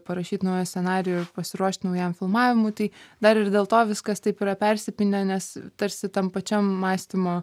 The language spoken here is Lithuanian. parašyt naują scenarijų ir pasiruošti naujam filmavimui tai dar ir dėl to viskas taip yra persipynę nes tarsi tam pačiam mąstymo